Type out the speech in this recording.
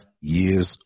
years